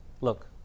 look